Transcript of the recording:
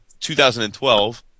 2012